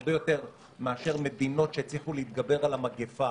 הרבה יותר מאשר מדינות שהצליחו להתגבר על המגיפה